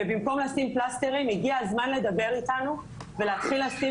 ובמקום לשים פלסטרים הגיע הזמן לדבר איתנו ולהתחיל לשים